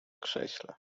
krześle